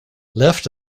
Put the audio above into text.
left